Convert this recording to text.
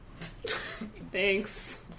Thanks